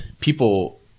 people